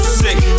sick